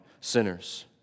sinners